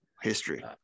History